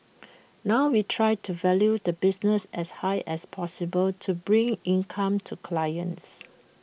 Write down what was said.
now we try to value the business as high as possible to bring income to clients